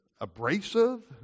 abrasive